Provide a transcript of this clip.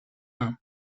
ain